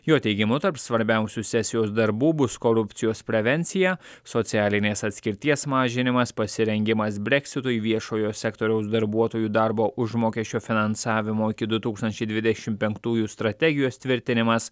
jo teigimu tarp svarbiausių sesijos darbų bus korupcijos prevencija socialinės atskirties mažinimas pasirengimas brexitui viešojo sektoriaus darbuotojų darbo užmokesčio finansavimo iki du tūkstančiai dvidešimt penktųjų strategijos tvirtinimas